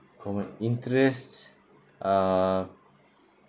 common interests uh